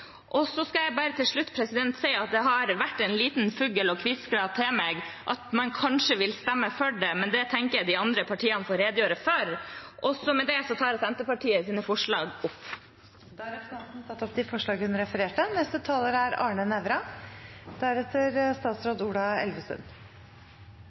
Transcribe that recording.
Så skal jeg til slutt bare si at det har vært en liten fugl og hvisket til meg at man kanskje vil stemme for det, men det tenker jeg de andre partiene får redegjøre for. Med det tar jeg opp Senterpartiets forslag. Representanten Sandra Borch har tatt opp de forslagene hun refererte til. Jeg – og SV – er